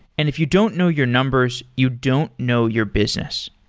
and if you don't know your numbers, you don't know your business.